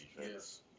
yes